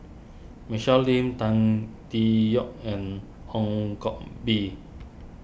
Michelle Lim Tan Tee Yoke and Hong Koh Bee